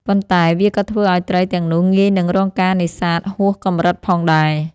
ប៉ុន្តែវាក៏ធ្វើឱ្យត្រីទាំងនោះងាយនឹងរងការនេសាទហួសកម្រិតផងដែរ។